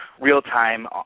real-time